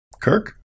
Kirk